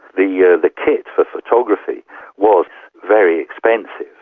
the yeah the kit for photography was very expensive.